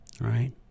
Right